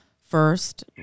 first